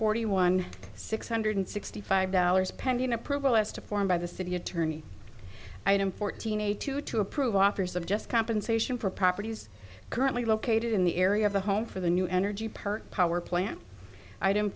forty one six hundred sixty five dollars pending approval as to form by the city attorney item fourteen a two to approve offers of just compensation for properties currently located in the area of the home for the new energy per power plant item